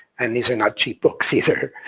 and these are not cheap books either.